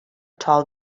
tall